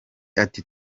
ati